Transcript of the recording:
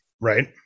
Right